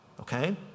okay